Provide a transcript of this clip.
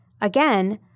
Again